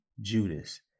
Judas